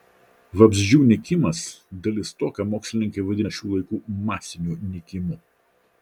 vabzdžių nykimas dalis to ką mokslininkai vadina šių laikų masiniu nykimu